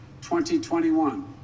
2021